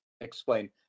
explain